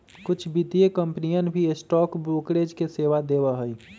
कुछ वित्तीय कंपनियन भी स्टॉक ब्रोकरेज के सेवा देवा हई